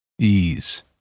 Ease